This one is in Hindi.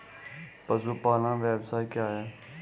पशुपालन व्यवसाय क्या है?